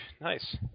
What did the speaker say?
Nice